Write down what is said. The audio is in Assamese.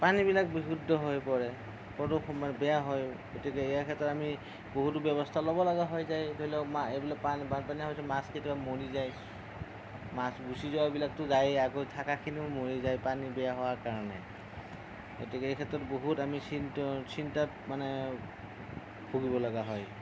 পানীবিলাক বিশুদ্ধ হৈ সময় বেয়া হয় গতিকে ইয়াৰ ক্ষেত্ৰত আমি বহুতো ব্যৱস্থা ল'ব লগা হৈ যায় ধৰিলওক বানপানী হ'লে মাছ কেতিয়াবা মৰি যায় মাছ গুচি যোৱাবিলাকতো যায়েই আক থাকি যোৱাখিনিও মৰি যায় পানী বেয়া হোৱাৰ কাৰণে গতিকে এই ক্ষেত্ৰত বহুত আমি চিন্তিত চিন্তাত মানে ভুগিব লগা হয়